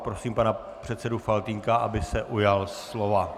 Prosím pana předsedu Faltýnka, aby se ujal slova.